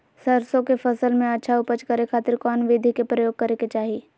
सरसों के फसल में अच्छा उपज करे खातिर कौन विधि के प्रयोग करे के चाही?